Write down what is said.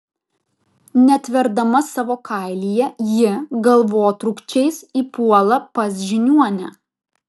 netverdama savo kailyje ji galvotrūkčiais įpuola pas žiniuonę